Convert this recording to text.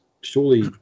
surely